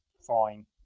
fine